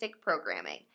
programming